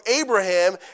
Abraham